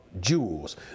jewels